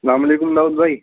السلام علیکم داؤد بھائی